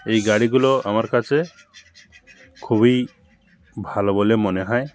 এই গাড়িগুলো আমার কাছে খুবই ভালো বলে মনে হয়